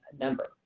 number